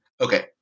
Okay